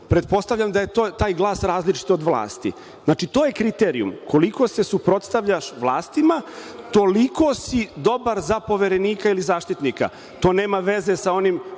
pretpostavljam da je taj glas različit od vlasti. Znači, to je kriterijum. Koliko se suprotstavljaš vlastima, toliko si dobar za Poverenika ili Zaštitnika. To nema veze sa onim